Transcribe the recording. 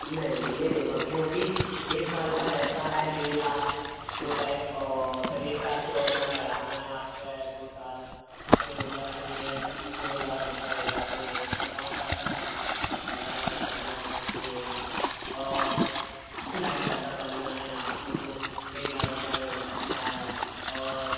नहीं ये नहीं बक क्योंकि एक साल का रहता है डेढ़ लाख रुपये और पर एक साल से और जाना है आना है आपको है दो साल तो ज़्यादातर ये है दो लाख रुपये हो जाते है अब पाँच साल का कराना है तो पंद्रह लाख रुपये में कर सकते हैं और ढाई साल का करना है आपको तो डेढ़ लाख रुपये में हो सकता है और